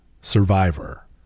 survivor